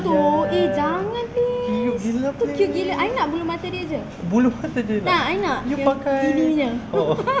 yes cute gila please bulu mata jer you nak you pakai oo